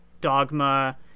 dogma